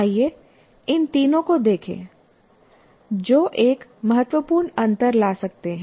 आइए इन तीनों को देखें जो एक महत्वपूर्ण अंतर ला सकते हैं